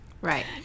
Right